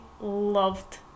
loved